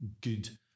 good